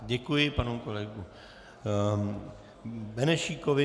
Děkuji panu kolegovi Benešíkovi.